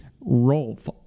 rolf